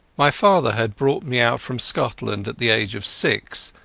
my father had brought me out from scotland at the age of six,